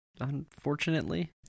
unfortunately